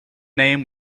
name